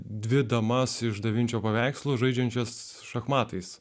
dvi damas išdabinčiau paveikslų žaidžiančius šachmatais